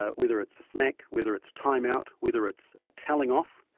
ah whether it's a smack, whether it's time out, whether it's a telling-off,